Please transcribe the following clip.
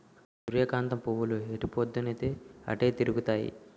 సూర్యకాంతం పువ్వులు ఎటుపోద్దున్తీ అటే తిరుగుతాయి